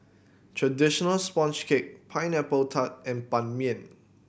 traditional sponge cake Pineapple Tart and Ban Mian